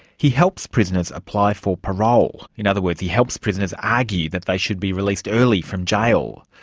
he helps prisoners apply for parole. in other words, he helps prisoners argue that they should be released early from jail.